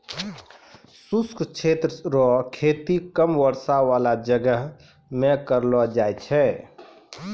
शुष्क क्षेत्र रो खेती कम वर्षा बाला जगह मे करलो जाय छै